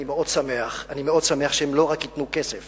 אני מאוד שמח שהם לא רק ייתנו כסף